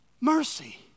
mercy